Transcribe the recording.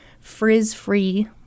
frizz-free